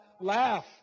laugh